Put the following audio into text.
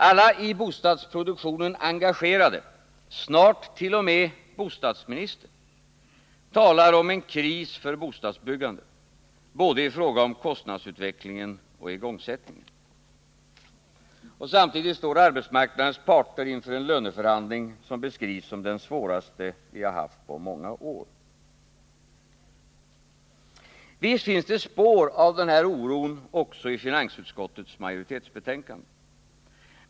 Alla i bostadsproduktionen engagerade, snart t.o.m. bostadsministern, talar om en kris för bostadsbyggandet, i fråga om både kostnadsutvecklingen och igångsättningen. Samtidigt står arbetsmarknadens parter inför en löneförhandling som beskrivs som den svåraste vi har haft på många år. Visst finns det spår av denna oro också i finansutskottets majoritetsbetänkande.